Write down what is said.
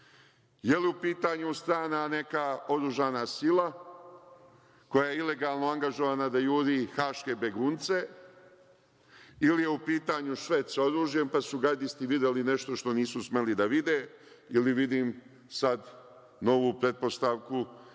li je u pitanju neka strana oružana sila, koja je ilegalno angažovana da juri haške begunce, ili je u pitanju šverc oružjem, pa su gardisti videli nešto što nisu smeli da vide ili vidim sad novu pretpostavku